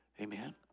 Amen